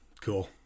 Cool